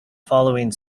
following